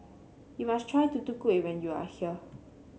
you must try Tutu Kueh when you are here